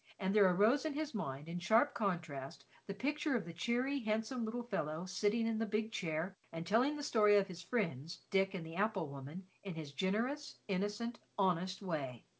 and there ah rose in his mind, in sharp contrast, the picture of the cheery, handsome little fellow sitting in the big chair and telling his story of his friends, dick and the apple-woman, in his generous, innocent, honest way.